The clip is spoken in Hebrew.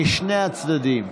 משני הצדדים.